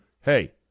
hey